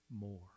more